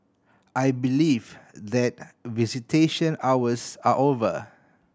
I believe that visitation hours are over